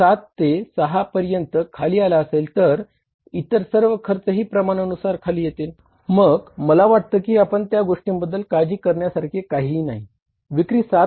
जर रेव्हेन्यू आणि लवचिक बजेटची तुलना करत आहात